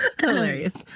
Hilarious